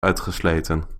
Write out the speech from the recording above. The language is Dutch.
uitgesleten